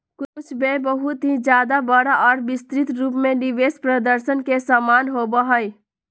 कुछ व्यय बहुत ही ज्यादा बड़ा और विस्तृत रूप में निवेश प्रदर्शन के समान होबा हई